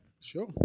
Sure